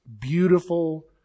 beautiful